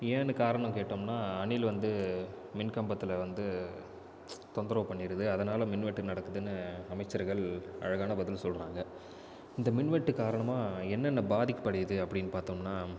ஏன்னு காரணம் கேட்டோம்ன்னா அணில் வந்து மின்கம்பத்தில் வந்து தொந்தரவு பண்ணிடுது அதனால் மின்வெட்டு நடக்குதுன்னு அமைச்சர்கள் அழகான பதில் சொல்கிறாங்க இந்த மின்வெட்டு காரணமா என்னென்ன பாதிப்படையுது அப்படின்னு பார்தோம்ன்னா